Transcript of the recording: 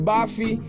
Buffy